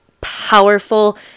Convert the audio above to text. powerful